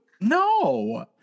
No